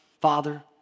father